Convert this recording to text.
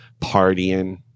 partying